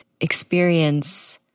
experience